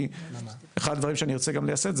כי אחד הדברים שארצה גם ליישם הוא